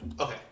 Okay